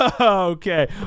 Okay